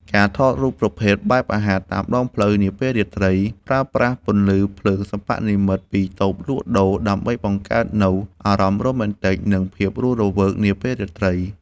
ការថតរូបប្រភេទបែបអាហារតាមដងផ្លូវនាពេលរាត្រី ប្រើប្រាស់ពន្លឺភ្លើងសិប្បនិម្មិតពីតូបលក់ដូរ ដើម្បីបង្កើតនូវអារម្មណ៍រ៉ូមែនទិក និងភាពរស់រវើកនាពេលរាត្រី។